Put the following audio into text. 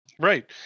Right